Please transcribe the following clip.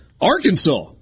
Arkansas